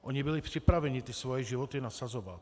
Oni byli připraveni ty svoje životy nasazovat.